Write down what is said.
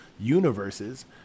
universes